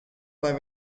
bei